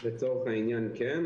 לצורך העניין, כן.